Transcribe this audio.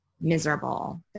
miserable